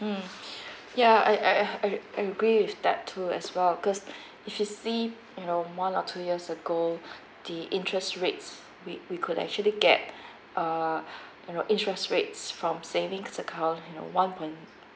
mm yeah I I I I I agree with that too as well because if you see you know one or two years ago the interest rates we we could actually get err you know interest rates from savings account you know one point